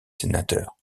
sénateurs